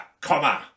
comma